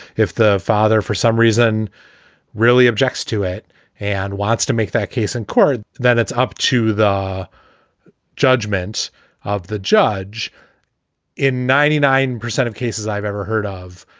if the father, for some reason really objected to it and wants to make that case in court, then it's up to the judgment of the judge in ninety nine percent of cases i've ever heard of,